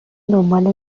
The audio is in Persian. دنبال